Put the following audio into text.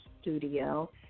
studio